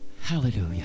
Hallelujah